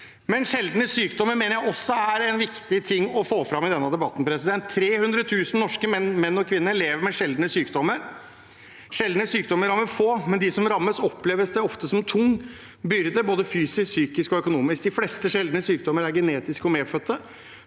side. Sjeldne sykdommer mener jeg også er en viktig ting å få fram i denne debatten. Det er 300 000 norske menn og kvinner som lever med sjeldne sykdommer. Sjeldne sykdommer rammer få, men for dem som rammes, oppleves det ofte som en tung byrde både fysisk, psykisk og økonomisk. De fleste sjeldne sykdommer er genetiske og medfødte.